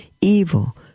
evil